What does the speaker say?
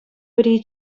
пӗри